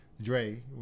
Dre